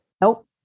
Nope